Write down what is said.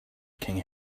king